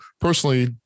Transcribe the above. personally